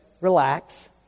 relax